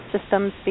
systems